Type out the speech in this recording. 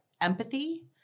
empathy